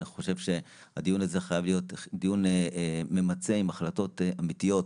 אני חושב שהדיון הזה חייב להיות דיון ממצה עם החלטות אמיתיות,